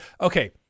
okay